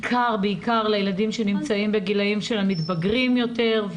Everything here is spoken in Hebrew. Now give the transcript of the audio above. בעיקר לילדים שנמצאים בגילאים של המתבגרים יותר,